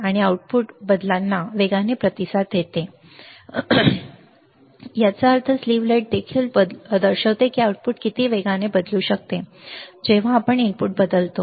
आणि आउटपुट बदलांना वेगाने प्रतिसाद देते याचा अर्थ स्लीव्ह रेट देखील दर्शवते की आउटपुट किती वेगाने बदलू शकते जेव्हा आपण इनपुट बदलतो